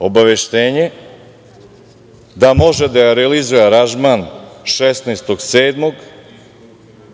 obaveštenje da može da realizuje aranžman 16.